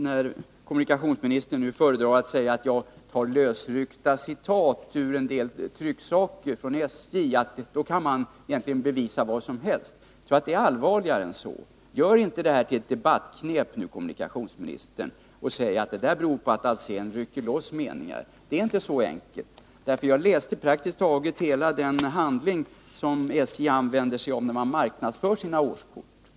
När kommunikationsministern säger att jag använder mig av lösryckta citat ur en del trycksaker från SJ och att man på det sättet kan bevisa vad som helst, vill jag understryka att det är allvarligare än så. Gör inte det här till ett debattknep, herr kommunikationsminister, och säg inte att det hela beror på att Hans Alsén rycker ut vissa meningar! Det är inte så enkelt. Jag har läst praktiskt taget hela den handling som SJ använder sig av vid marknadsföringen av sina årskort.